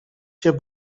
się